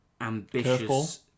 ambitious